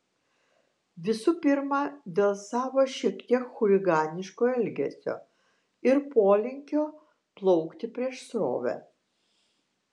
visų pirma dėl savo šiek tiek chuliganiško elgesio ir polinkio plaukti prieš srovę